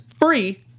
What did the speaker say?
free